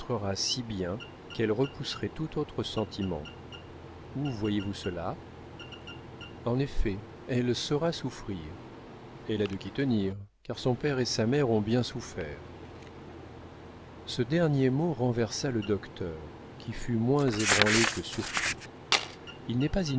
si bien qu'elle repousserait tout autre sentiment où voyez-vous cela en elle elle saura souffrir elle a de qui tenir car son père et sa mère ont bien souffert ce dernier mot renversa le docteur qui fut moins ébranlé que surpris il n'est pas